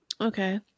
Okay